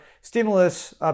stimulus